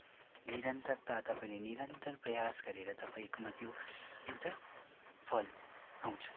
निरन्तरता तपाईँले निरन्तर प्रयास गरेर तपाईँकोमा त्यो एउटा फल आउँछ